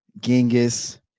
Genghis